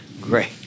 Great